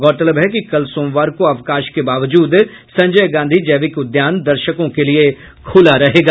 गौरतलब है कि कल सोमवार को अवकाश के बावजूद संजय गांधी जैविक उद्यान दर्शकों के लिए खुला रहेगा